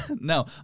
No